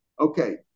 Okay